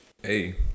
Hey